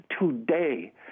today